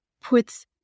puts